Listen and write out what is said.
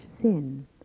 sin